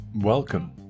Welcome